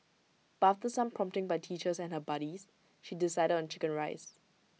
but after some prompting by teachers and her buddies she decided on Chicken Rice